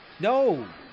No